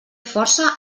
força